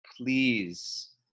please